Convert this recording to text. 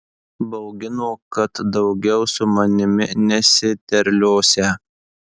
baugino kad daugiau su manimi nesiterliosią